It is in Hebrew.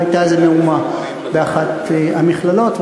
הייתה איזו מהומה באחת המכללות,